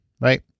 right